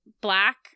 black